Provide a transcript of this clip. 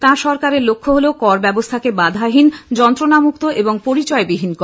তাঁর সরকারের লক্ষ্য হল করব্যবস্থাকে বাধাহীন যন্ত্রনামুক্ত এবং পরিচয় বিহীন করা